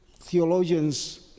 theologians